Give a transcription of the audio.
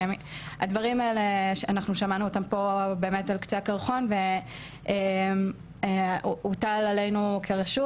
הדברים האלה שאנחנו שמענו אותם פה באמת על קצה הקרחון והוטל עלינו כרשות